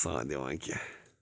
ساتھ دِوان کیٚنٛہہ